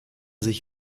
sich